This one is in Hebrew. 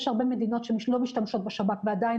יש הרבה מדינות שלא משתמשות בשב"כ ועדיין